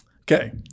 Okay